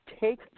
take